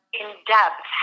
in-depth